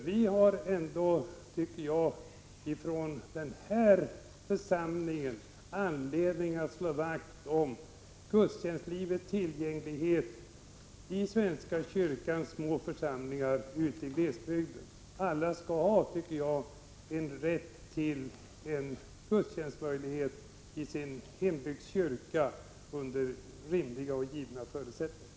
Vi har ändå från den här församlingen anledning att slå vakt om gudstjänstlivets tillgänglighet i svenska kyrkans små församlingar ute i glesbygden. Jag tycker att alla skall ha rätt till gudstjänst i sin hembygds kyrka under rimliga och givna förutsättningar.